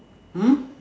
hmm